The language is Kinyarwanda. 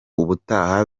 ubutaha